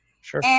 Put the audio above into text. Sure